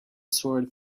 sword